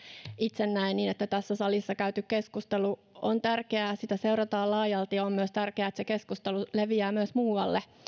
itse näen niin että tässä salissa käyty keskustelu on tärkeää sitä seurataan laajalti ja on myös tärkeää että se keskustelu leviää myös muualle